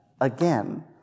Again